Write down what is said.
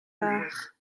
bach